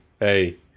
hey